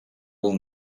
will